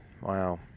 Wow